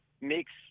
makes